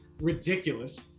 ridiculous